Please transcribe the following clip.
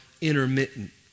intermittent